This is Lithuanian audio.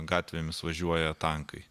gatvėmis važiuoja tankai